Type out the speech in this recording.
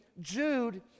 Jude